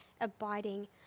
abiding